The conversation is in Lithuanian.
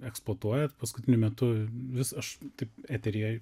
eksploatuojat paskutiniu metu vis aš taip eteryje